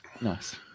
nice